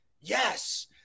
yes